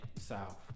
south